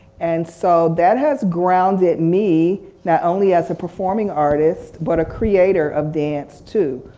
and so that has grounded me not only as a performing artist but a creator of dance too.